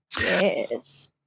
Yes